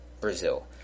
Brazil